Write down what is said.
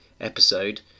episode